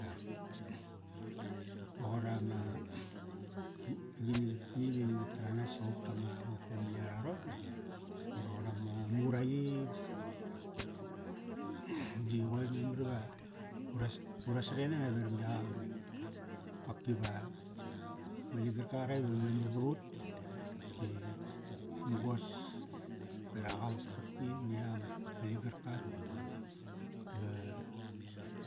Dap roqor ama ki agini qarkani va ini nga taranas imuk tama, ma family rara ron ba roqon nama, muraqi di qoir memar iva uras, ura saren nana veram yak ama ligarka. Kopki va, ma ligarka qarak iva memar varut di mugos berak aut kopki ni yak ama, ma ligarka. Ba